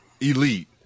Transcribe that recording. Elite